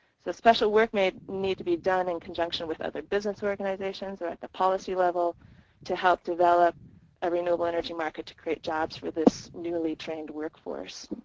so special work may need to be done in conjunction with other business organizations or at the policy level to help develop a renewable energy market to create jobs for this newly trained workforce.